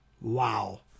Wow